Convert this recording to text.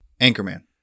Anchorman